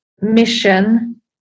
mission